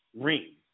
ring